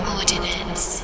Ordinance